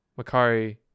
Makari